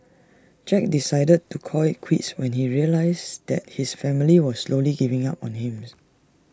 Jack decided to call IT quits when he realised that his family was slowly giving up on Him's